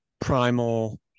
primal